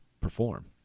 perform